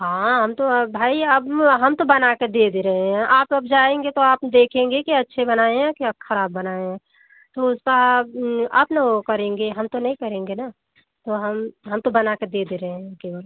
हाँ हम तो भाई अब हम तो बना के दे दे रहे हैं आप अब जाएँगे तो आप देखेंगे कि अच्छे बनाए हैं या खराब बनाए हैं तो उसका आप आप न वो करेंगे हम तो नहीं करेंगे न तो हम हम तो बना कर दे दे रहे हैं केवल